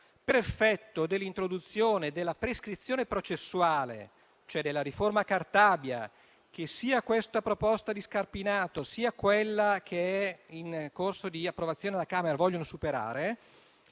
Per effetto dell'introduzione della prescrizione processuale, cioè della riforma Cartabia, che sia questa proposta emendativa del senatore Scarpinato, sia quella che è in corso di discussione alla Camera vogliono superare,